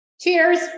Cheers